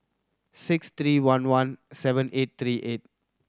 six three one one seven eight three eight